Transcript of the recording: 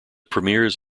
premiers